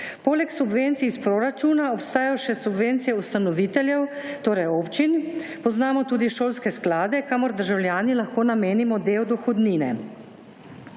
Poleg subvencij iz proračuna obstajajo še subvencije ustanoviteljev, torej občin. Poznamo tudi šolske sklade kamor državljani lahko namenimo del dohodnine.